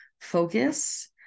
focus